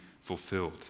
fulfilled